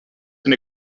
been